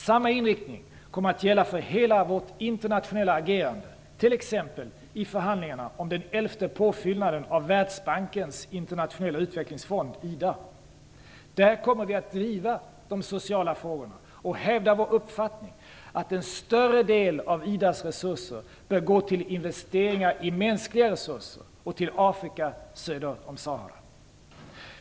Samma inriktning kommer att gälla för hela vårt internationella agerande, t.ex. i förhandlingarna om den elfte påfyllnaden av Världsbankens internationella utvecklingsfond, IDA. Där kommer vi att driva de sociala frågorna och hävda vår uppfattning att en större del av IDA:s resurser bör gå till investeringar i mänskliga resurser och till Afrika söder om Sahara.